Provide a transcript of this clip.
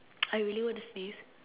I really want to sneeze